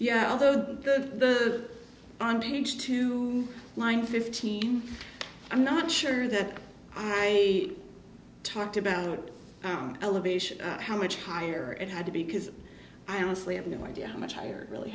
yeah although on page two line fifteen i'm not sure that i talked about the elevation how much higher it had to be because i honestly have no idea how much higher really